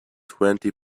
twenty